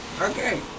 Okay